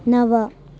नव